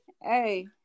Hey